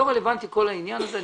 לא רלוונטי כל העניין הזה.